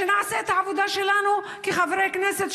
שנעשה את העבודה שלנו כחברי הכנסת.